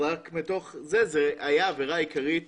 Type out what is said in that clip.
אז רק מתוך זה זו הייתה העבירה העיקרית